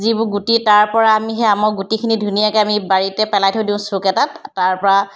যিবোৰ গুটি তাৰপৰা আমি সেই আমৰ গুটিখিনি ধুনীয়াকৈ আমি বাৰীতে পেলাই থৈ দিওঁ চুক এটাত তাৰপৰা